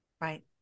Right